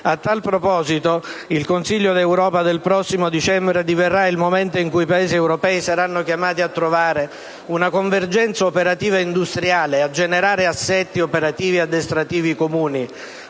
A tal proposito, il Consiglio europeo del prossimo dicembre diverrà il momento in cui i Paesi europei saranno chiamati a trovare una convergenza operativa e industriale, e a generare assetti operativi ed addestrativi comuni.